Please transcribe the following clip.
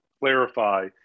clarify